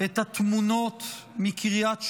את התמונות מקריית שמונה,